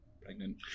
pregnant